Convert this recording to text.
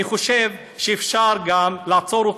אני חושב שאפשר לעצור אותה.